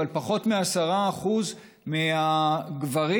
אבל פחות מ-10% מהגברים